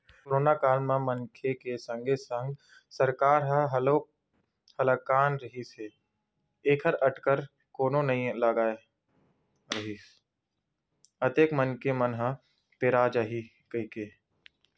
करोनो काल म मनखे के संगे संग सरकार ह घलोक हलाकान रिहिस हे ऐखर अटकर कोनो नइ लगाय रिहिस अतेक मनखे मन ह पेरा जाही कहिके